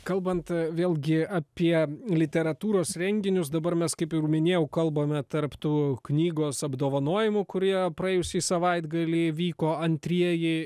kalbant vėlgi apie literatūros renginius dabar mes kaip ir minėjau kalbame tarp tų knygos apdovanojimų kurie praėjusį savaitgalį įvyko antrieji